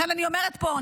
לכן אני אומרת פה,